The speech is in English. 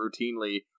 routinely